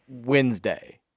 Wednesday